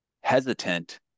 hesitant